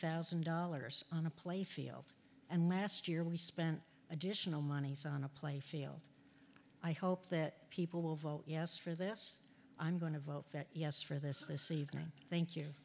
thousand dollars on a playfield and last year we spent additional monies on a playfield i hope that people will vote yes for this i'm going to vote yes for this this evening thank you